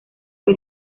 fue